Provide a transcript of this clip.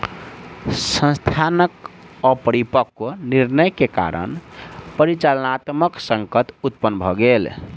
संस्थानक अपरिपक्व निर्णय के कारण परिचालनात्मक संकट उत्पन्न भ गेल